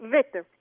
Victor